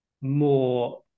more